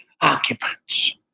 occupants